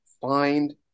find